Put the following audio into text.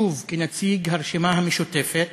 שוב כנציג הרשימה המשותפת,